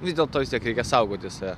vis dėlto vis tiek reikia saugoti save